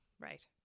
right